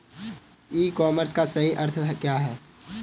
ई commerce का सही अर्थ क्या है?